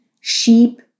Sheep